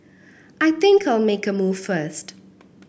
I think I'll make a move first